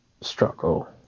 Struggle